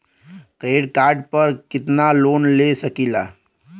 Credit card पर कितनालोन ले सकीला?